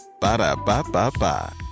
Ba-da-ba-ba-ba